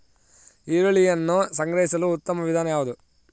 ಈರುಳ್ಳಿಯನ್ನು ಸಂಗ್ರಹಿಸಲು ಉತ್ತಮ ವಿಧಾನ ಯಾವುದು?